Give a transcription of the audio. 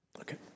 okay